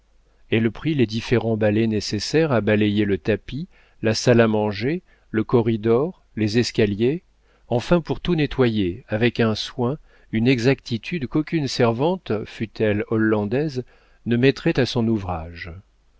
elle prit les différents balais nécessaires à balayer le tapis la salle à manger le corridor les escaliers enfin pour tout nettoyer avec un soin une exactitude qu'aucune servante fût-elle hollandaise ne mettrait à son ouvrage